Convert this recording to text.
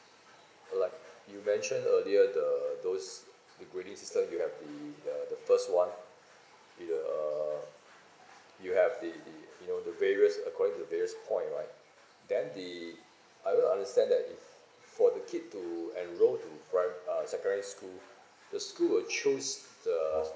like you mentioned earlier the those the grading system will have the the first one with uh you have the you know the various according to the various point right than the I don't understand that if for the kid to enrol to prim~ uh secondary school the school will choose the